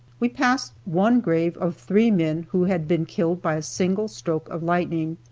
we passed one grave of three men who had been killed by a single stroke of lightning.